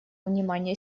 внимания